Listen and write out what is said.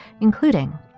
including